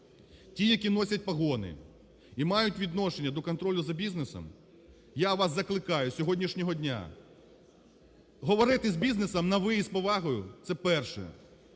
ті, які носять погони і мають відношення до контролю за бізнесом, я вас закликаю з сьогоднішнього дня говорити з бізнесом на "ви" і з повагою. Це перше.